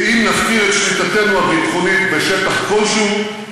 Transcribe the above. כי אם נפקיר את שליטתנו הביטחונית בשטח כלשהו,